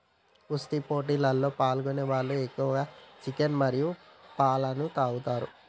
కుస్తీ పోటీలలో పాల్గొనే వాళ్ళు ఎక్కువ చికెన్ మరియు పాలన తాగుతారు